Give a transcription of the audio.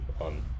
on